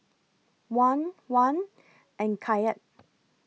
Won Won and Kyat